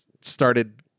started